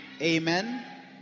Amen